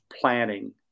planning